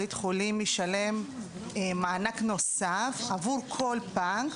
בית החולים משלם מענק נוסף עבור כל פג,